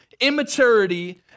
immaturity